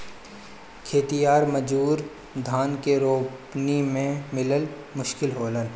खेतिहर मजूर धान के रोपनी में मिलल मुश्किल होलन